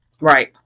Right